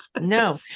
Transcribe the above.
No